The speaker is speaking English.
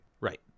Right